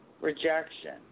rejection